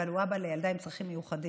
אבל הוא אבא לילדה עם צרכים מיוחדים,